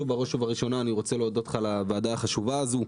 בראש ובראשונה אני רוצה להודות לך על הוועדה החשובה הזאת.